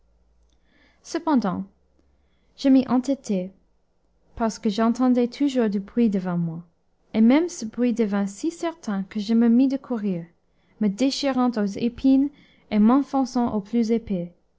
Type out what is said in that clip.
cependant je m'y entêtai parce que j'entendais toujours du bruit devant moi et même ce bruit devint si certain que je me mis de courir me déchirant aux épines et m'enfonçant au plus épais